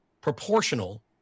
proportional